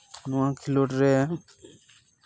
ᱱᱚᱣᱟ ᱠᱷᱮᱞᱳᱰ ᱨᱮ